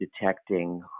detecting